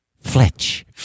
Fletch